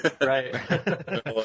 right